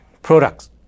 Products